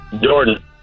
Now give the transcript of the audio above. Jordan